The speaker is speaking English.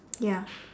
ya